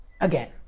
again